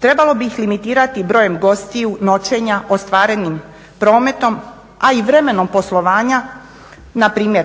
trebalo bi ih limitirati brojem gostiju, noćenja, ostvarenim prometom a i vremenom poslovanja npr.